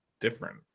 different